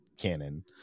canon